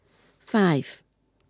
five